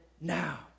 now